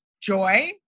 joy